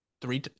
three